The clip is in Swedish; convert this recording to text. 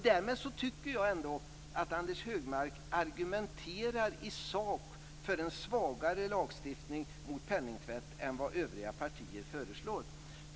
Därmed tycker jag att Anders Högmark i sak argumenterar för en svagare lagstiftning mot penningtvätt än vad övriga partier föreslår.